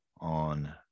on